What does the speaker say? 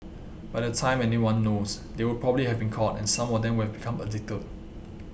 by the time anyone knows they would probably have been caught and some of them would have become addicted